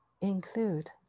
include